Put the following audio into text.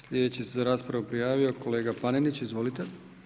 Sljedeći se za raspravu prijavio kolega Panenić, izvolite.